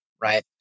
right